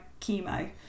chemo